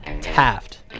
Taft